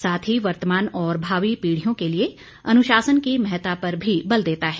साथ ही वर्तमान और भावी पीढ़ियों के लिए अनुशासन की महता पर भी बल देता है